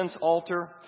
altar